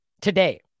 Today